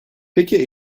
peki